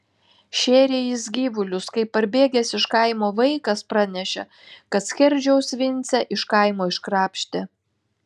šėrė jis gyvulius kai parbėgęs iš kaimo vaikas pranešė kad skerdžiaus vincę iš kaimo iškrapštė